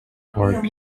park